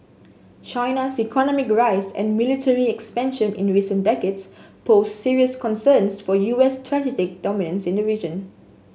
China's economic rise and military expansion in recent decades pose serious concerns for U S strategic dominance in the region